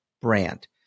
brand